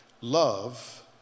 Love